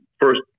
first